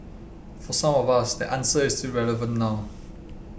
for some of us that answer is still relevant now